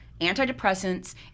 antidepressants